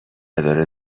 داره